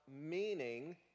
meaning